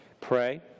pray